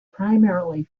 primarily